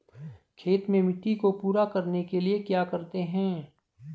खेत में मिट्टी को पूरा करने के लिए क्या करते हैं?